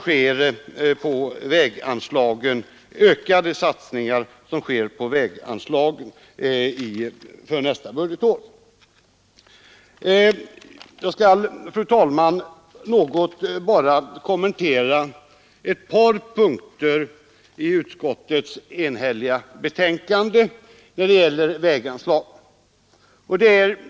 Fru talman! Jag skall något kommentera ett par detaljer i utskottets enhälliga betänkande, som gäller väganslagen.